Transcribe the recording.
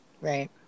Right